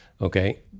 okay